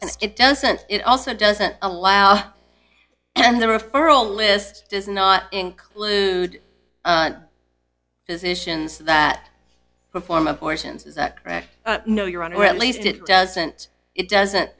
if it doesn't it also doesn't allow and the referral list does not include physicians that perform abortions is that correct no you're on or at least it doesn't it doesn't